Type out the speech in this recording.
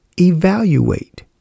evaluate